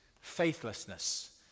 faithlessness